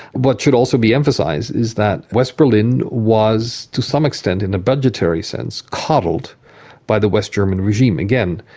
what should also be emphasised is that west berlin was to some extent, in a budgetary sense, coddled by the west german regime. again,